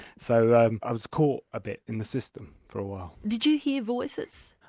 so i was caught a bit in the system for a while. did you hear voices?